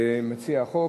מציע החוק,